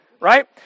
right